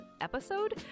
episode